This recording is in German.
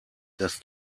das